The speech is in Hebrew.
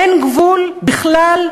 אין גבול בכלל?